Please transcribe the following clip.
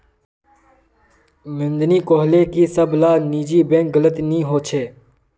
नंदिनी कोहले की सब ला निजी बैंक गलत नि होछे